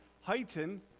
heighten